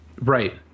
Right